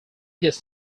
this